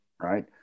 right